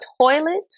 toilet